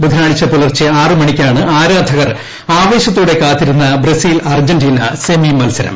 ബുധനാഴ്ച പുലർച്ചെ ആറ് മണിക്കാണ് ആരാധകർ ആവേശത്തോടെ കാത്തിരിക്കുന്ന ബ്രസീൽ അർജന്റീന്റ് സ്മി മത്സരം